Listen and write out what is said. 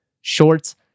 shorts